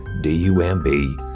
D-U-M-B